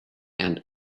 and